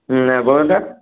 আর বড়োটা